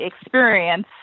experience